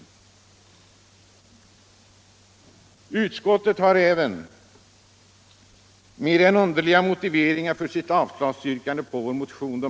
Utrikesutskottet har mer än underliga motiveringar för sitt avstyrkande av vår motion.